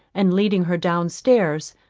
and leading her down stairs,